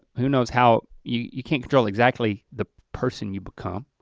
who knows how, you can't control exactly the person you become.